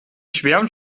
schwärmt